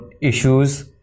issues